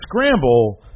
scramble